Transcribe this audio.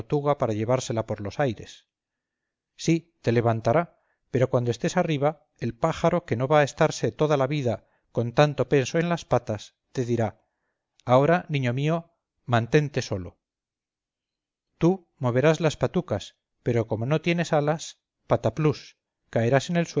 para llevársela por los aires sí te levantará pero cuando estés arriba el pájaro que no va a estarse toda la vida con tanto peso en las patas te dirá ahora niño mío mantente solo tú moverás las patucas pero como no tienes alas pataplús caerás en el